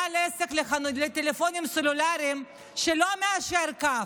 בעל עסק לטלפונים סלולריים שלא מיישר קו,